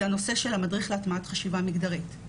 זה הנושא של המדריך להטמעת חשיבה מגדרית,